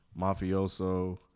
mafioso